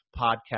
podcast